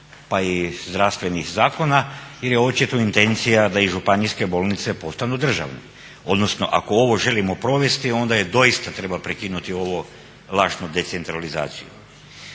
pa i zdravstvenih zakona jer je očito intencija da i županijske bolnice postanu državne. Odnosno, ako ovo želimo provesti onda doista treba prekinuti ovu lažnu decentralizaciju.